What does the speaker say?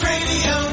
Radio